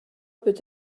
peut